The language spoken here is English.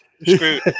Screwed